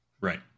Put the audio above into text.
Right